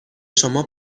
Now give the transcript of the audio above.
شما